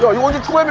so you wanted to